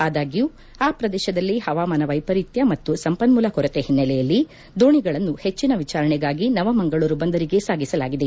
ಆದಾಗ್ನೂ ಆ ಪ್ರದೇಶದಲ್ಲಿ ಹವಾಮಾನ ವೈಪರೀತ್ಯ ಮತ್ತು ಸಂಪನ್ನೂಲ ಕೊರತೆ ಹಿನ್ನೆಲೆಯಲ್ಲಿ ದೋಣೆಗಳನ್ನು ಹೆಚ್ಚಿನ ವಿಚಾರಣೆಗಾಗಿ ನವ ಮಂಗಳೂರು ಬಂದರಿಗೆ ಸಾಗಿಸಲಾಗಿದೆ